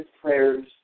prayers